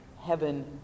Heaven